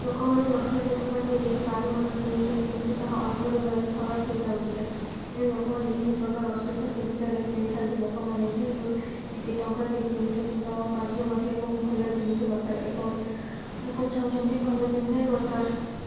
ଲୋକମାନେ ଲକ୍ଷେ ଲକ୍ଷେ ଟଙ୍କା ଦେଇ ଗାଡ଼ି ମଟର କିଣୁଛନ୍ତି କିନ୍ତୁ ତାହା ଅଳ୍ପ ଦିନରେ ଖରାପ ହୋଇଯାଉଛି ତେଣୁ ଲୋକମାନେ ବିଭିନ୍ନ ପ୍ରକାର ଅସୁବିଧା ସୁବିଧାରେ କିଣିଥାନ୍ତି ଲୋକମାନେ ଯେହେତୁ ଏତେ ଟଙ୍କା ଦେଇ କିଣିଛନ୍ତି ତ କାର୍ଯ୍ୟ ମଧ୍ୟ ଏବଂ ଭଲ ଜିନିଷ ଦରକାର ଏବଂ ଲୋକ ଚାହୁଁଛନ୍ତି ଭଲ ଜିନିଷ ଦରକାର